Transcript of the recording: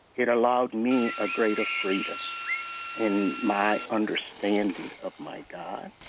it allowed me a greater freedom in my understanding of my god.